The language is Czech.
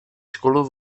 školu